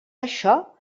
això